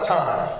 time